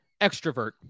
Extrovert